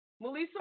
Melissa